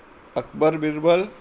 Akbar Birbal